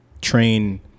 train